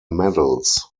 medals